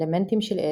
אלמנטים של אש,